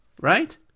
right